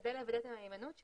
כדי לוודא את המהימנות שלו,